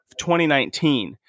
2019